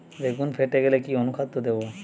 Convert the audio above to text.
বেগুন ফেটে গেলে কি অনুখাদ্য দেবো?